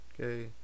okay